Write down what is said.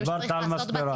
דיברת על מספרה.